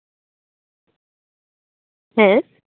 ᱦᱮᱸ